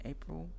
April